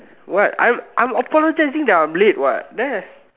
what I'm I'm apologizing that I am late what there